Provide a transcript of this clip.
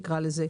נקרא לו כך.